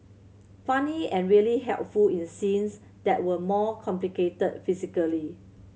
funny and really helpful in scenes that were more complicated physically